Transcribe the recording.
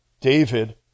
David